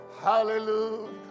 Hallelujah